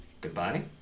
Goodbye